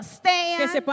stand